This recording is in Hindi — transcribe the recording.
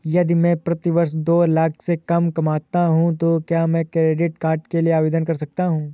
यदि मैं प्रति वर्ष दो लाख से कम कमाता हूँ तो क्या मैं क्रेडिट कार्ड के लिए आवेदन कर सकता हूँ?